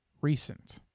recent